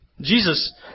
Jesus